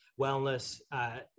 wellness